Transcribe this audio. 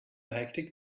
hectic